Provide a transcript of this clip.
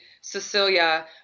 Cecilia